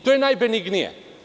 To je najbenignije.